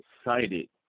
excited